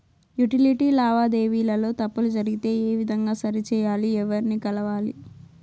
Utility లావాదేవీల లో తప్పులు జరిగితే ఏ విధంగా సరిచెయ్యాలి? ఎవర్ని కలవాలి?